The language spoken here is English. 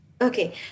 Okay